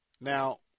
Now